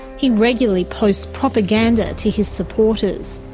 he regularly posts propaganda to his supporters,